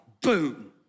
boom